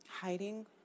Hiding